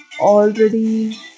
already